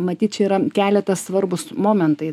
matyt čia yra keletas svarbūs momentai